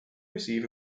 receive